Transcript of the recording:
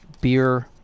Beer